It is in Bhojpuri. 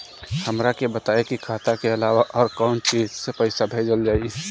हमरा के बताई की खाता के अलावा और कौन चीज से पइसा भेजल जाई?